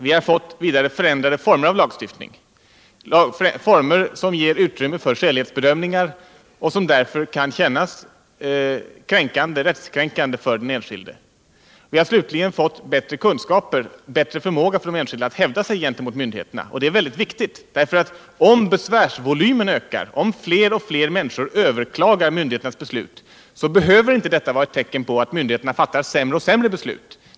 Vi har vidare fått förändrade former av lagstiftning, former som ger utrymme för skälighetsbedömningar och som därför kan kännas rättskränkande för den enskilde. Vi har slutligen fått bättre kunskaper, bättre förmåga för de enskilda att hävda sig gentemot myndigheterna. Det är väldigt viktigt, därför att om besvärsvolymen ökar, om fler och fler människor överklagar myndigheternas beslut, behöver det inte vara ett tecken på att myndigheterna fattar sämre och sämre beslut.